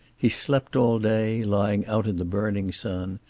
he slept all day, lying out in the burning sun,